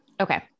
Okay